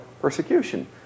persecution